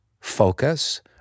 focus